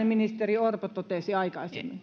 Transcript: ministeri orpo totesi aikaisemmin